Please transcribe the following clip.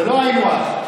זה לא היינו הך,